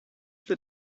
that